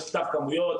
יש כתב כמויות,